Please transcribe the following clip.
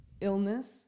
illness